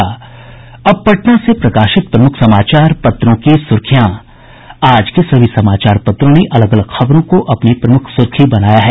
अब पटना से प्रकाशित प्रमुख समाचार पत्रों की सुर्खियां आज के सभी समाचार पत्रों अलग अलग खबरों को अपनी प्रमुख सुर्खी बनाया है